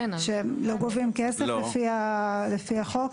שהם לא גובים כסף לפי החוק.